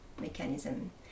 mechanism